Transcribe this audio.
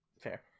fair